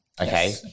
okay